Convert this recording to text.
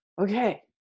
Okay